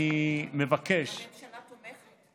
אני מבקש, הממשלה תומכת?